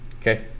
okay